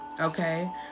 Okay